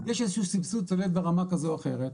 יש איזה שהוא סבסוד צולב ברמה כזאת או אחרת,